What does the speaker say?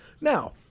Now